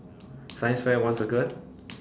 science fair one circle